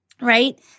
right